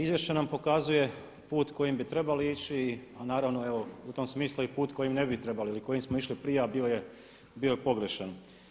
Izvješće nam pokazuje put kojim bi trebali ići a naravno evo u tom smislu i put kojim ne bi trebali ili kojim smo išli prije a bio je pogrešan.